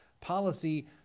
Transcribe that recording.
policy